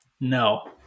No